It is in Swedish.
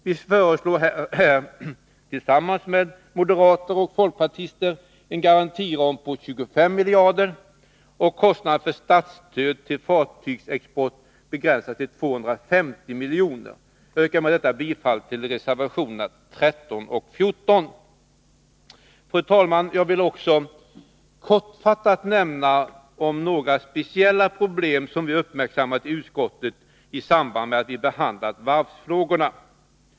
Vi föreslår tillsammans med moderater och folkpartister en garantiram på 25 miljarder, och kostnaden för statsstöd till fartygsexport begränsas till 250 milj.kr. Jag yrkar med detta bifall till reservationerna 13 och 14. Fru talman! Jag vill också kortfattat nämna några speciella problem som vi uppmärksammat i utskottet, när vi behandlat varvsfrågorna.